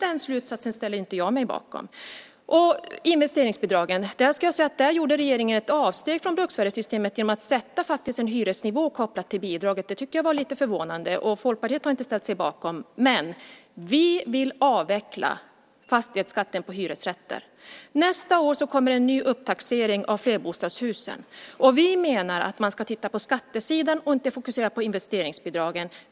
När det gäller investeringsbidragen vill jag säga att där gjorde regeringen ett avsteg från bruksvärdessystemet genom att sätta en hyresnivå kopplat till bidraget. Det tyckte jag var lite förvånande. Folkpartiet har inte ställt sig bakom det. Vi vill avveckla fastighetsskatten på hyresrätter. Nästa år kommer en ny upptaxering av flerbostadshusen. Vi menar att man ska titta på skattesidan och inte fokusera på investeringsbidragen.